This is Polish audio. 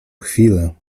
chwilę